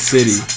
City